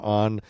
on